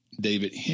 David